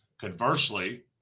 Conversely